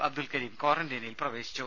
അബ്ദുൽ കരീം ക്വാറന്റയിനിൽ പ്രവേശിച്ചു